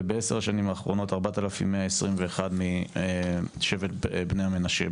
ובעשר השנים האחרונות 4,121 משבט בני המנשה.